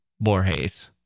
Borges